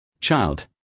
child